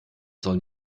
sollen